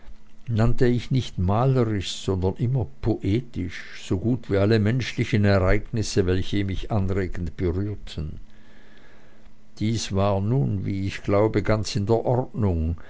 nannte ich nicht malerisch sondern immer poetisch so gut wie alle menschlichen ereignisse welche mich anregend berührten dies war nun wie ich glaube ganz in der ordnung